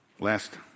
Last